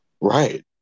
Right